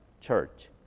Church